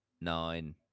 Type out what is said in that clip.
nine